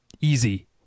easy